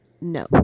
No